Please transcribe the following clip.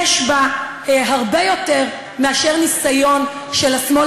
יש בה הרבה יותר מאשר ניסיון של השמאל